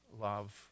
love